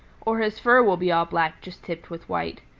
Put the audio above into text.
or his fur will be all black just tipped with white.